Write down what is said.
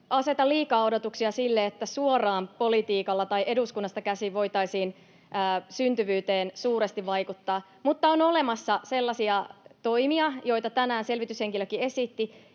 aseta liikaa odotuksia sille, että suoraan politiikalla tai eduskunnasta käsin voitaisiin syntyvyyteen suuresti vaikuttaa, mutta on olemassa sellaisia toimia, joita tänään selvityshenkilökin esitti,